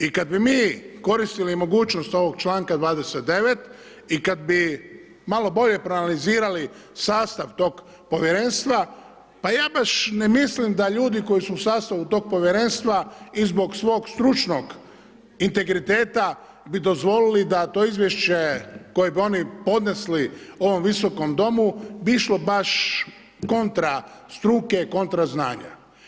I kada bi mi koristili mogućnost ovoga članka 29. i kada bi malo bolje proanalizirali sastav tog Povjerenstva, pa ja baš ne mislim da ljudi koji su u sastavu tog Povjerenstva i zbog svog stručnog integriteta bi dozvolili da to izvješće koje bi oni podnesli ovom Visokom domu bi išlo baš kontra struke, kontra znanja.